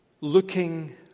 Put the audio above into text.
Looking